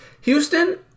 Houston